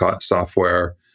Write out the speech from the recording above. software